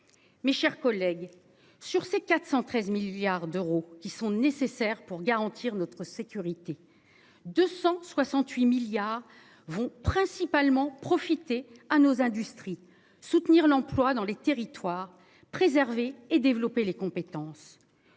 Mes chers collègues. Sur ces 413 milliards d'euros qui sont nécessaires pour garantir notre sécurité 268 milliards vont principalement profiter à nos industries soutenir l'emploi dans les territoires, préserver et développer les compétences.